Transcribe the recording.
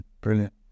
Brilliant